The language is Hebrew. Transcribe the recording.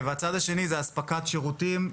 והשני הוא הספקת שירותים,